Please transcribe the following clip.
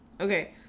okay